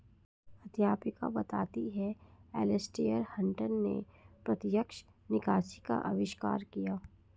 अध्यापिका बताती हैं एलेसटेयर हटंन ने प्रत्यक्ष निकासी का अविष्कार किया